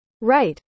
Right